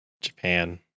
Japan